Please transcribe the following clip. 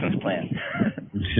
plan